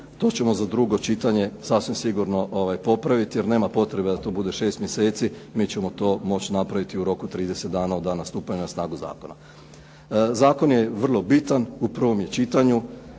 To ćemo za drugo čitanje sasvim sigurno popraviti jer nema potrebe da to bude 6 mjeseci. Mi ćemo to moći napraviti i u roku od 30 dana od dana stupanja na snagu zakona. Zakon je vrlo bitan. U prvom je čitanju.